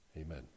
amen